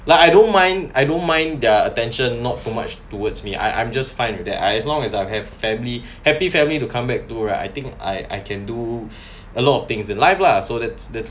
like I don't mind I don't mind their attention not too much towards me I I'm just fine with that I as long as I have family happy family to come back to right I think I I can do a lot of things in life lah so that's that